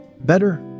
Better